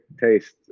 taste